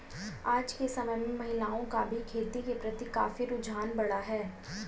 आज के समय में महिलाओं का भी खेती के प्रति काफी रुझान बढ़ा है